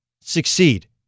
succeed